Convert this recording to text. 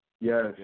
Yes